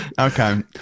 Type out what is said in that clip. Okay